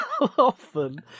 often